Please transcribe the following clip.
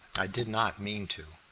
i did not mean to.